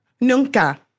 Nunca